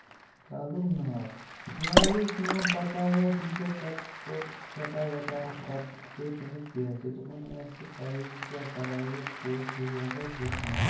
کیاہ لوٛگ نار نار گٔے کٲم پَتہٕ آو اورٕ ٹیٖچَر پَتہٕ کوٛر ژھٮ۪تا ویتا اَسہِ پَتہٕ پییہِ تٔمِس بے عزتی دوپُن ییٚلہِ نہٕ ژےٚ پَیی ژٕ کیاہ کَران یہِ ترووُتھ ہُہ ہیو ایٚسِڑ ہُتھ مَنٛز